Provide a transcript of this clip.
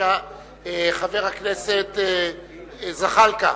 חבר הכנסת זחאלקה